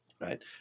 right